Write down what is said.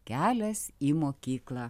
kelias į mokyklą